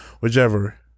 whichever